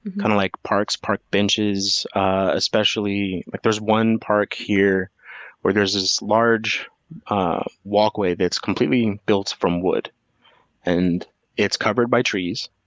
kind of like parks, park benches. like there's one park here where there's this large walkway that's completely built from wood and it's covered by trees,